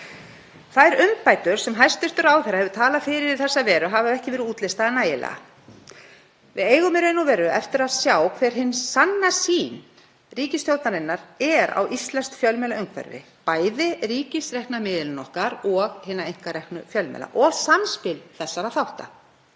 Þær umbætur sem hæstv. ráðherra hefur talað fyrir í þessa veru hafa ekki verið útlistaðar nægilega. Við eigum í raun og veru eftir að sjá hver hin sanna sýn ríkisstjórnarinnar er á íslenskt fjölmiðlaumhverfi, bæði ríkisrekna miðilinn okkar og hina einkareknu fjölmiðla — og samspil þessara þátta.